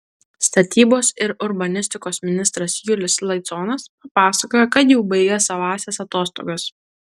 statybos ir urbanistikos ministras julius laiconas papasakojo kad jau baigė savąsias atostogas